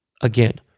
again